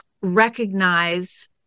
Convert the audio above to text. recognize